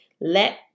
Let